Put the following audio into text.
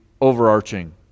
overarching